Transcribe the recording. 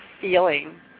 feeling